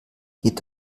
geht